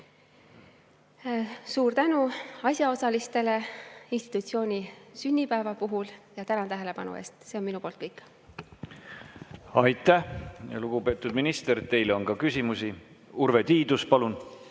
Suur tänu asjaosalistele institutsiooni sünnipäeva puhul ja tänan tähelepanu eest! See on minu poolt kõik. Aitäh! Lugupeetud minister, teile on ka küsimusi. Urve Tiidus, palun!